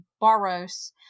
Barros